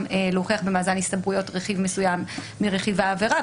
להוכיחו במאזן הסתברויות רכיב מסוים מרכיב העבירה,